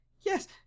yes